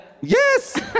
Yes